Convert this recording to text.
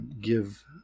give